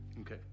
Okay